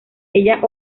ella